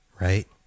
Right